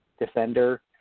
defender